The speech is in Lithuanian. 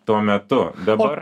tuo metu dabar